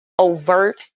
overt